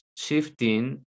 Shifting